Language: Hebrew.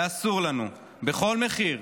ואסור לנו, בכל מחיר,